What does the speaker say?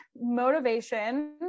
Motivation